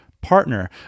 partner